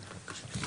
שלי.